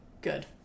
Good